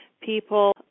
people